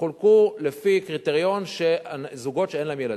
יחולקו לפי הקריטריון, זוגות שאין להם ילדים.